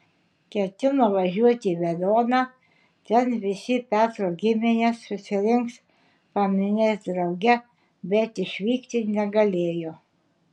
ketino važiuoti į veliuoną ten visi petro giminės susirinks paminės drauge bet išvykti negalėjo